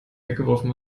weggeworfen